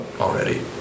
already